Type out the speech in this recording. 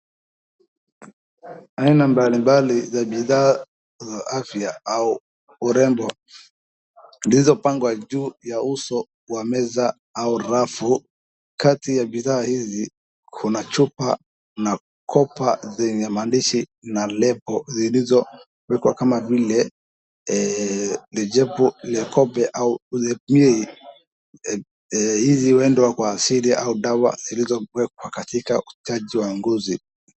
Aina mbalimbali za bidhaa za afya au urembo zilizopangwa juu ya uso wa meza au rafu. Kati ya bidhaa hizi kuna chupa na kopa zenye maandishi na lebo zilizowekwa kama vile lijepo la kope. Hizi uendwa kwa asili au dawa zilizowekwa katika usafi wa ngozi.